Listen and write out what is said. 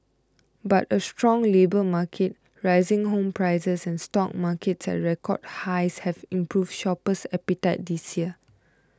but a strong labour market rising home prices and stock markets at record highs have improved shopper appetite this year